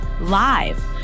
live